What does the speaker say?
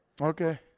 Okay